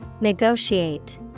Negotiate